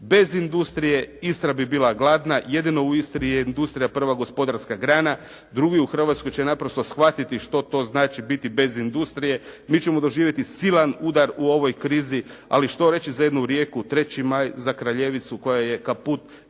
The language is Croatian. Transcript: Bez industrije Istra bi bila gladna. Jedino u Istri je industrija prva gospodarska grana. Drugi u Hrvatskoj će naprosto shvatiti što to znači biti bez industrije. Mi ćemo doživjeti silan udar u ovoj krizi, ali što reći za jednu Rijeku, 3. Maj, za Kraljevicu koja je kaput,